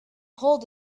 hold